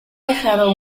dejado